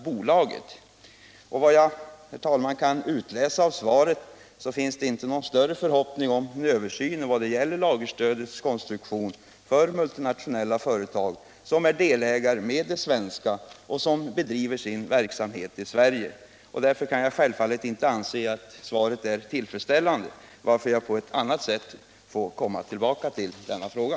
Enligt vad jag kan utläsa av svaret finns det inte någon större förhoppning om en översyn av konstruktionen av lagerstöd till företag som ägs av multinationella och svenska bolag gemensamt och som bedriver sin verksamhet i Sverige. Därför kan jag självfallet inte anse att svaret är tillfredsställande, varför jag på annat sätt får komma tillbaka till denna fråga.